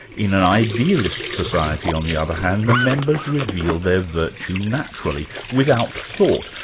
in an idealist society on the other hand, the members reveal their virtue naturally, without thought,